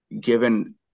given